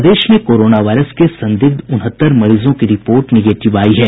प्रदेश में corona virus के संदिग्ध उनहत्तर मरीजों की रिपोर्ट निगेटिव आई है